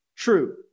True